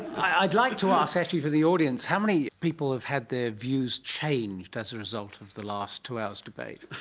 i'd like to ask actually for the audience how many people have had their views changed as a result of the last two hours' debate.